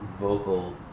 vocal